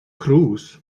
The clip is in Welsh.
cruise